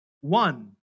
one